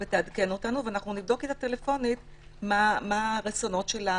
ותעדכן אותנו ואנחנו נבדוק איתה טלפונית מה הרצונות שלה.